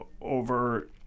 over